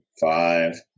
five